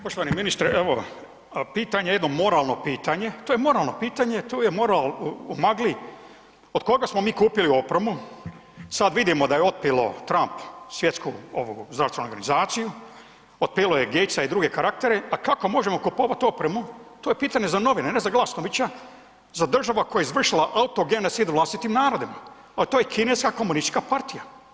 Poštovani ministre evo ga, pitanje jedno moralno pitanje, to je moralno pitanje tu je moral u magli, od koga smo mi kupili opremu, sad vidimo da je otpilo Trump svjetsku ovu zdravstvenu organizaciju, otpilo je Gatesa i druge karaktere, a kako možemo kupovat otpremu to je pitanje za novine ne za Glasnovića za država koja je izvršila …/nerazumljivo/… vlastitim narodima, a to je Kineska komunistička partija.